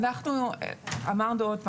אמרנו,